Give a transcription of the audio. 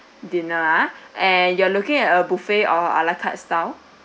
dinner uh and you are looking at a buffet or a la carte style